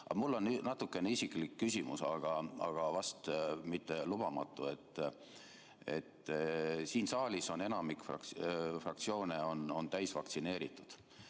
Mul on natuke isiklik küsimus, aga vast mitte lubamatu. Siin saalis enamik fraktsioone on täisvaktsineeritud.